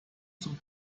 zum